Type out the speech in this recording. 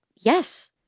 Yes